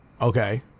Okay